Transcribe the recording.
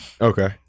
okay